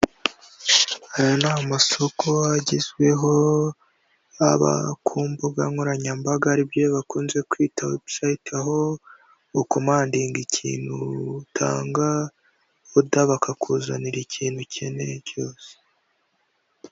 Aya ni amasoko agezweho aba ku mbuga nkoranyambaga ari byo bakunze kwita webusiyite, aho ukomandinga ikintu, utanga oda bakakuzanira ikintu ukeneye cyose.